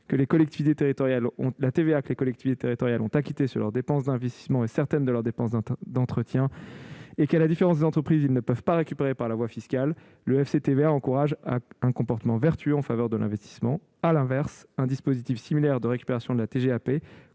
compensant de manière forfaitaire la TVA que les collectivités territoriales ont acquittée sur leurs dépenses d'investissement et certaines de leurs dépenses d'entretien, et qu'elles ne peuvent pas, à la différence des entreprises, récupérer par la voie fiscale, le FCTVA encourage un comportement vertueux en faveur de l'investissement. À l'inverse, un dispositif similaire de récupération de la TGAP